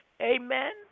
amen